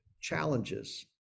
challenges